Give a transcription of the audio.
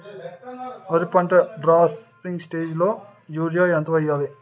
వరి పంటలో top dressing స్టేజిలో యూరియా ఎంత వెయ్యాలి?